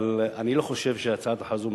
אבל אני לא חושב שהצעת החוק הזאת מספקת,